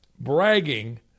bragging